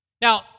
Now